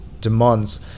demands